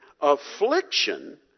affliction